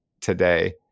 today